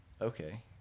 Okay